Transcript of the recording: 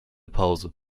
pause